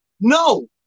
no